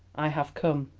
i have come.